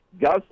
Gus